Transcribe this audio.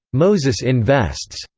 moses invests.